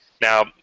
Now